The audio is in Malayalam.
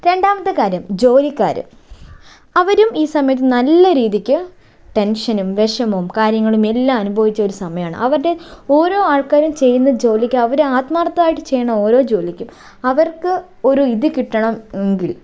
രണ്ടാമത്തെ കാര്യം ജോലിക്കാര് അവരും ഈ സമയത്ത് നല്ല രീതിക്ക് ടെൻഷനും വിഷമവും കാര്യങ്ങളും എല്ലാ അനുഭവിച്ച ഒരു സമയമാണ് അവരുടെ ഓരോ ആൾക്കാരും ചെയ്യുന്ന ജോലിക്ക് അവര് ആത്മാർത്ഥായിട്ട് ചെയ്യുന്ന ഓരോ ജോലിക്കും അവർക്ക് ഒരു ഇത് കിട്ടണം മ് എങ്കിൽ